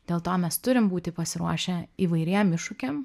dėl to mes turim būti pasiruošę įvairiem iššūkiam